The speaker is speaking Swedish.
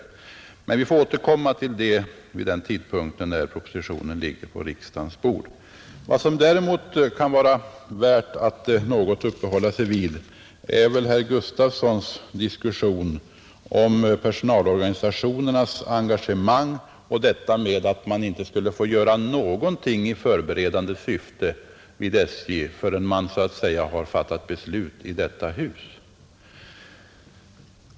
Men vi får som sagt återkomma till det vid den tidpunkt då propositionen ligger på riksdagens bord. Vad som däremot kan vara värt att något uppehålla sig vid är väl herr Gustavssons i Alvesta diskussion om personalorganisationernas engagemang och detta att man vid SJ inte skulle få göra någonting i förberedande syfte förrän riksdagen har fattat sitt beslut.